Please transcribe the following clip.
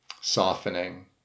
softening